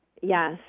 Yes